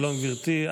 שלום, גברתי.